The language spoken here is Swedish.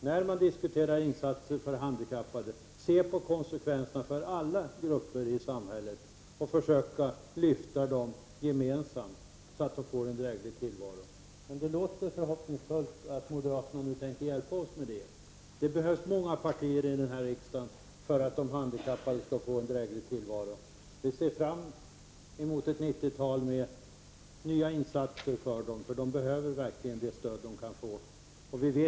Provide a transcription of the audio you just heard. När man diskuterar insatser för handikappade måste man också se på konsekvenserna för alla grupper i samhället och försöka lyfta fram dem gemensamt, så att de får en dräglig tillvaro. Det är förhoppningsfullt att moderaterna nu tänker hjälpa oss med det. Det behövs många partier i riksdagen för att de handikappade skall få en dräglig tillvaro. Vi ser fram mot ett 90 tal med nya insatser för de handikappade, då de verkligen behöver allt det ” stöd som de kan få.